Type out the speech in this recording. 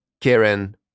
Karen